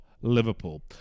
Liverpool